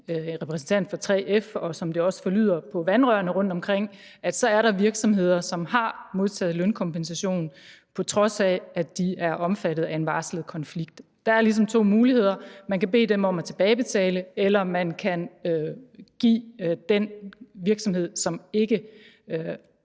repræsentant for 3F, og som det også forlyder på vandrørene rundtomkring, at der er virksomheder, som har modtaget lønkompensation, på trods af at de er omfattet af en varslet konflikt, er der ligesom to muligheder: Man kan bede dem om at tilbagebetale, eller man kan give den virksomhed, som ikke